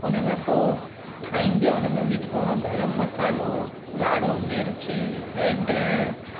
उन में पोइ ठाहिबी आहे उन में विझिबो आहे गरमु मसाल्हो ॻाढ़ो मिर्च हैड